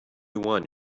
one